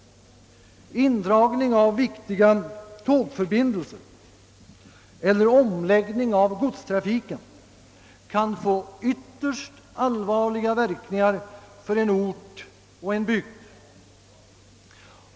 Indragning av viktiga tågförbindelser eller omläggning av godstrafiken kan få ytterst allvarliga verkningar för en ort och en bygd.